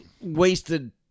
Wasted